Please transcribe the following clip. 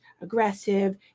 aggressive